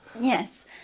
Yes